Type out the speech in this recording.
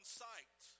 sight